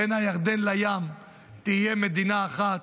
בין הירדן לים תהיה מדינה אחת.